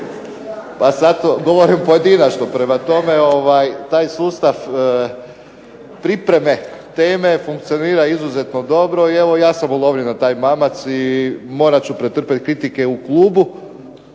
Pa zato govorim pojedinačno. Prema tome, taj sustav pripreme teme funkcionira izuzetno dobro i evo ja sam ulovio na taj mamac i morat ću pretrpjeti kritike u klubu